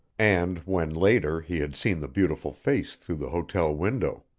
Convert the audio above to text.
and when later he had seen the beautiful face through the hotel window.